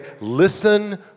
listen